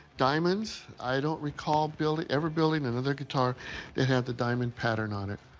diamonds. i don't recall building ever building another guitar that had the diamond pattern on it.